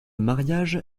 mariage